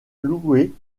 louée